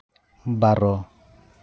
ᱵᱟᱨᱚ